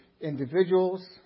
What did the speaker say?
individuals